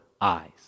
Eyes